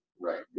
Right